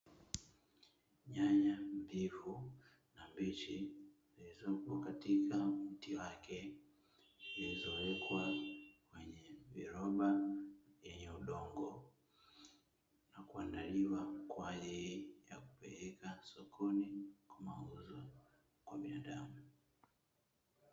Nyanya mbivu na mbichi zilizopo katika mti wake, zilizowekwa kwenye viroba vyenye udongo na kuandaliwa kwa ajili ya kupeleka sokoni kwa mauzo kwa binadamu.